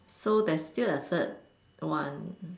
so there's still a third one